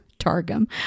Targum